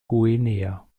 guinea